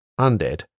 undead